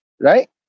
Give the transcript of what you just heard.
Right